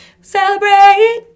celebrate